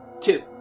Two